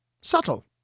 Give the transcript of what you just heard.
subtle